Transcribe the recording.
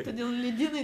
todėl ledynai